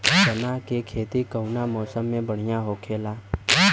चना के खेती कउना मौसम मे बढ़ियां होला?